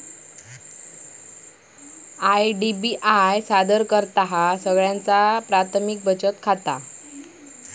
IDBI सादर करतहा सगळ्यांचा प्राथमिक बचत खाता